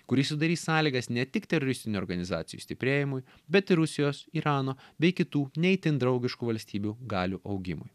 kuris sudarys sąlygas ne tik teroristinių organizacijų stiprėjimui bet ir rusijos irano bei kitų ne itin draugiškų valstybių galių augimui